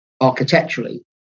architecturally